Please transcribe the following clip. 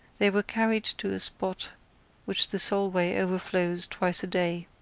they were carried to a spot which the solway overflows twice a day,